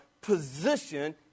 position